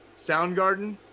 Soundgarden